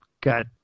got